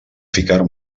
ficar